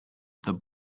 the